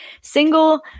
single